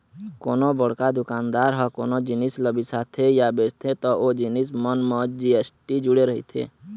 कोनो बड़का दुकानदार ह कोनो जिनिस ल बिसाथे या बेचथे त ओ जिनिस मन म जी.एस.टी जुड़े रहिथे